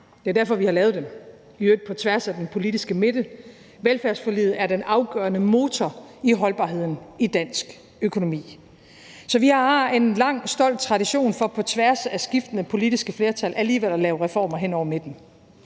Det er derfor, vi har lavet dem – i øvrigt på tværs af den politiske midte. Velfærdsforliget er den afgørende motor i holdbarheden af dansk økonomi. Så vi har en lang og stolt tradition for på tværs af skiftende politiske flertal alligevel at lave reformer hen over midten.